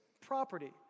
property